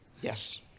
Yes